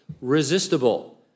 resistible